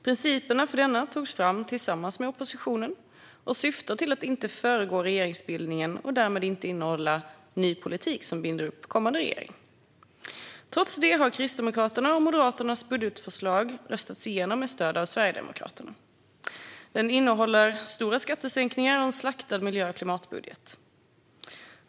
Principerna för denna togs fram tillsammans med oppositionen och syftar till att inte föregå regeringsbildningen. Därmed ska budgeten inte innehålla ny politik som binder upp kommande regering. Trots det har Kristdemokraternas och Moderaternas budgetförslag röstats igenom med stöd av Sverigedemokraterna. Denna budget innehåller stora skattesänkningar och en slaktad miljö och klimatbudget.